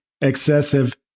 excessive